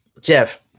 jeff